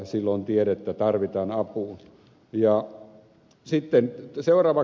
silloin tiedettä tarvitaan apuun